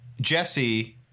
Jesse